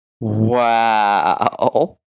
Wow